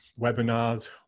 webinars